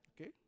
Okay